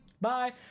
bye